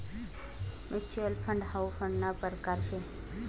mutual fund हाउ फंडना परकार शे